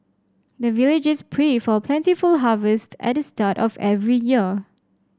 the villagers pray for plentiful harvest at the start of every year